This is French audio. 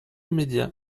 media